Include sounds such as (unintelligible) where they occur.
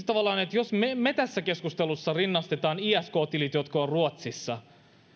(unintelligible) tavallaan jos me tässä keskustelussa rinnastamme isk tileihin jotka ovat ruotsissa ja